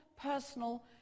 personal